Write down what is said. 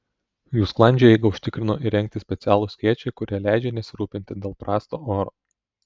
jų sklandžią eigą užtikrino įrengti specialūs skėčiai kurie leidžia nesirūpinti dėl prasto oro